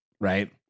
right